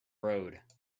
road